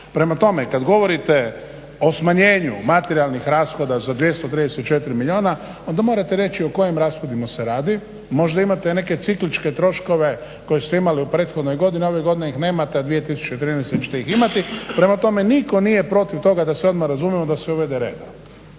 Prema tome, kad govorite o smanjenju materijalnih rashoda za 234 milijuna, onda morate reći o kojim rashodima se radi. Možda imate i neke cikličke troškove koje ste imali u prethodnoj godini. Ove godine ih nemate, a 2013. ćete ih imati. Prema tome, nitko nije protiv toga da se odmah razumijemo da se uvede reda.